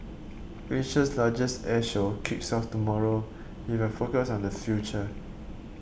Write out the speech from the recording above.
Asia's largest air show kicks off tomorrow with a focus on the future